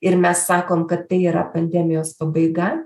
ir mes sakom kad tai yra pandemijos pabaiga